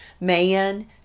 man